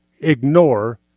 ignore